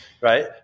right